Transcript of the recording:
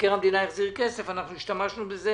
כשמבקר המדינה החזיר כסף השתמשנו בזה